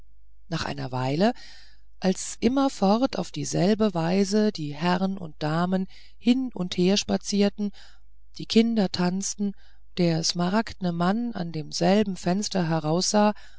nach einer weile als immerfort auf dieselbe weise die herrn und damen hin und her spazierten die kinder tanzten der smaragdne mann zu demselben fenster heraussah